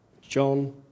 John